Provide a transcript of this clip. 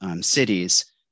cities